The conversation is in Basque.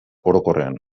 orokorrean